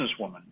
businesswoman